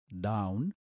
down